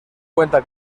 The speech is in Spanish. cuenta